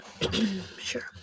Sure